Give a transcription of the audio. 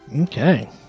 Okay